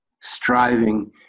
striving